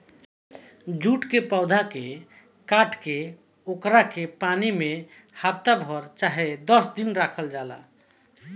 jute के पौधा के काट के ओकरा के पानी में डाल के हफ्ता भर चाहे दस दिन रखल जाला